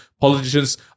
politicians